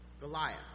Goliath